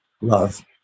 love